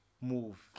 move